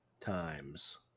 times